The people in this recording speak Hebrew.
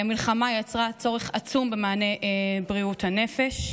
המלחמה יצרה צורך עצום במענה בתחום בריאות הנפש,